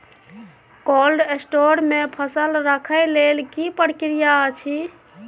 Cold store मे फसल रखय लेल की प्रक्रिया अछि?